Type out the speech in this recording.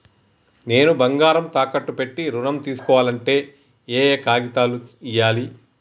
నేను బంగారం తాకట్టు పెట్టి ఋణం తీస్కోవాలంటే ఏయే కాగితాలు ఇయ్యాలి?